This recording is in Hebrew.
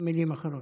מילים אחרות.